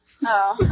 No